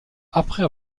après